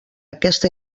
aquesta